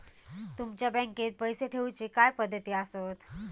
तुमच्या बँकेत पैसे ठेऊचे काय पद्धती आसत?